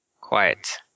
Quiet